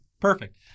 Perfect